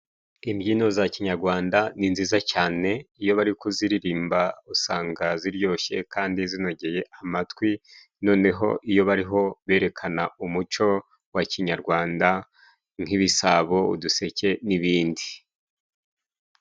Imbyino za kinyagwanda ni nziza cane iyo bari kuziririmba usanga ziryoshye kandi zinogeye amatwi, noneho iyo bariho berekana umuco wa kinyarwanda nk'ibisabo, uduseke n'ibindi.